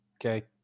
Okay